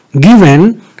Given